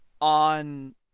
on